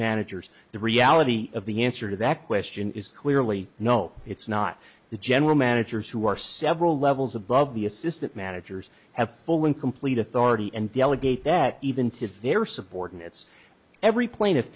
managers the reality of the answer to that question is clearly no it's not the general managers who are several levels above the assistant managers have full and complete authority and delegate that even to their subordinates every pla